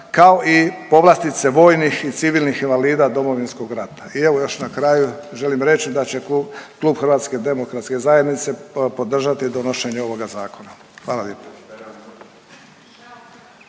kao i povlastice vojnih i civilnih invalida Domovinskog rata. I evo još na kraju želim reći da će klub Hrvatske demokratske zajednice podržati donošenje ovoga zakona. Hvala lijepa.